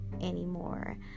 anymore